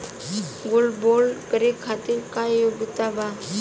Gold bond करे खातिर का योग्यता बा?